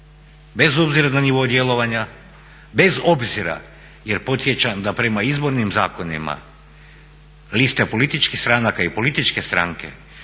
bez obzira na njihova djelovanja, bez obzira jer podsjećam da prema izbornim zakonima lista političkih stranaka i političke stranke